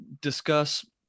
discuss